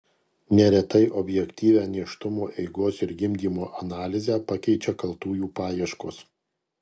neretai objektyvią nėštumo eigos ir gimdymo analizę pakeičia kaltųjų paieškos